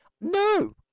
no